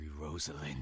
Rosalind